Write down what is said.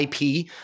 IP